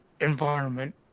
environment